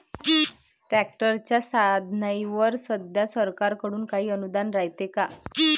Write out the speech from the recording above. ट्रॅक्टरच्या साधनाईवर सध्या सरकार कडून काही अनुदान रायते का?